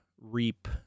reap